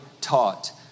taught